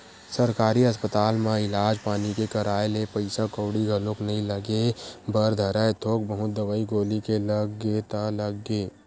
सरकारी अस्पताल म इलाज पानी के कराए ले पइसा कउड़ी घलोक नइ लगे बर धरय थोक बहुत दवई गोली के लग गे ता लग गे